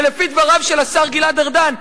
ולפי דבריו של השר גלעד ארדן,